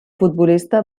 futbolista